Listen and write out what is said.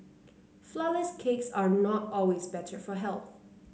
flourless cakes are not always better for health